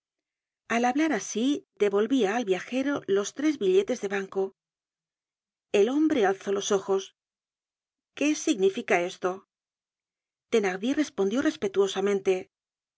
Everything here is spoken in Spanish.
al hablar asi devolvía al viajero los tres billetes de banco el hombre alzó los ojos qué significa esto thenardier respondió